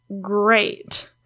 great